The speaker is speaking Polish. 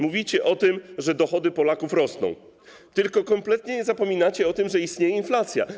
Mówicie o tym, że dochody Polaków rosną, tylko kompletnie zapominacie o tym, że istnieje inflacja.